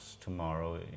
tomorrow